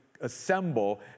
assemble